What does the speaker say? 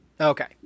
okay